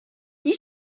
you